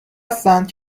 هستند